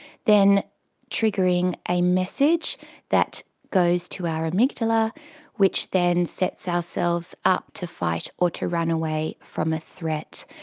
then triggering a message that goes to our amygdala which then sets ourselves up to fight or to run away from a threat.